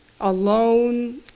Alone